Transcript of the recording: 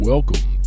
Welcome